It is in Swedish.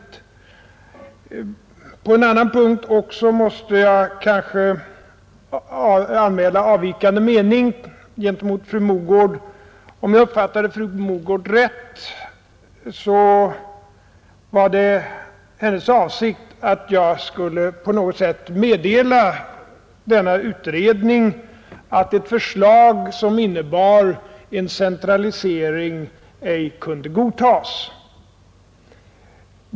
Också på en annan punkt måste jag anmäla en avvikande mening gentemot fru Mogård. Om jag uppfattade fru Mogård rätt var det hennes avsikt, att jag på något sätt skulle meddela denna utredning att ett förslag som innebar en centralisering ej kunde godtas.